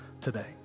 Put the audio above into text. today